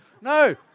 No